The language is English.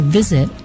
visit